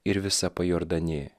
ir visa pajordanė